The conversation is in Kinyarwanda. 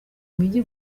mijyi